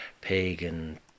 pagan